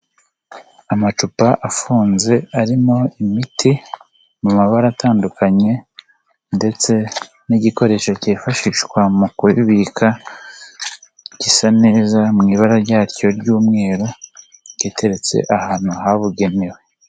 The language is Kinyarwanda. amacupa afunze arimo imiti, mu mabara atandukanye ndetse n'igikoresho cyifashishwa mu kubika, gisa neza mu ibara ryacyo ry'umweru, giteretse ahantu habugenewe.